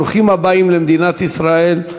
ברוכים הבאים למדינת ישראל.